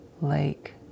lake